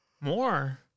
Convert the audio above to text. More